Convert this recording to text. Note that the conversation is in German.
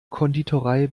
konditorei